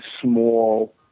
small